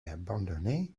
abandonnée